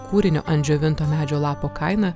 kūrinio ant džiovinto medžio lapo kaina